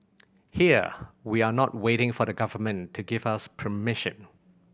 here we are not waiting for the Government to give us permission